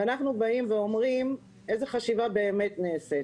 אני שואל מבחינת סדר העדיפויות בין ארבעת התחנות.